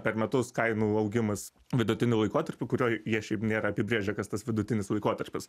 per metus kainų augimas vidutiniu laikotarpiu kurio jie šiaip nėra apibrėžę kas tas vidutinis laikotarpis